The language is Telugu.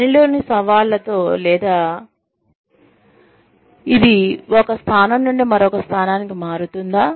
పని లోని సవాళ్లతో లేదా ఇది ఒక స్థానం నుండి మరొక స్థానానికి మారుతుందా